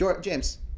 James